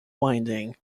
winding